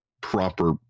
proper